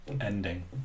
Ending